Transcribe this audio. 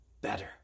better